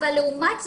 אבל לעומת זאת,